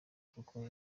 kuko